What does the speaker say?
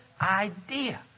idea